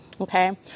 Okay